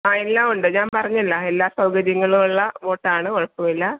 ആ എല്ലാം ഉണ്ട് ഞാൻ പറഞ്ഞല്ലോ എല്ലാ സൗകര്യങ്ങളും ഉള്ള ബോട്ടാണ് കുഴപ്പമില്ല